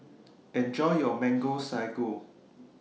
Enjoy your Mango Sago